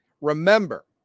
remember